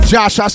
Josh